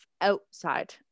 outside